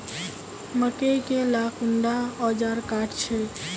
मकई के ला कुंडा ओजार काट छै?